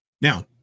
Now